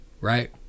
right